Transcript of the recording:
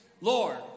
Lord